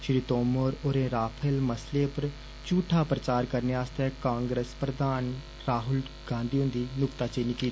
श्री मोदी होरें राफेल मसले पर झूठा प्रचार करने आस्तै कांग्रेस प्रधान राहुल गांधी हुन्दी नुक्ताचीनी कीती